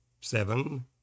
seven